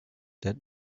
that